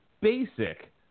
basic